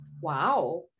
Wow